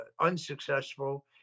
unsuccessful